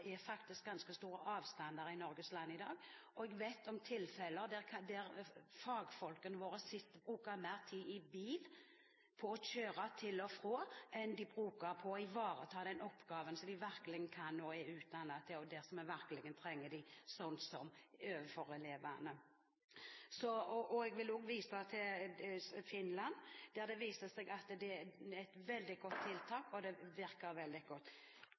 faktisk er ganske store avstander i Norges land i dag. Jeg vet om tilfeller der fagfolkene våre bruker mer tid på å kjøre i bil til og fra, enn de bruker på å ivareta den oppgaven som de virkelig kan og er utdannet til, og der vi virkelig trenger dem, sånn som overfor elevene. Jeg vil også vise til Finland, der det viser seg at det er et veldig godt tiltak, og det virker veldig godt.